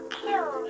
kill